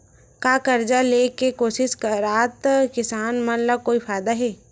का कर्जा ले के कोशिश करात किसान मन ला कोई फायदा हे?